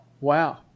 Wow